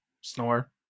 snore